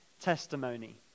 Testimony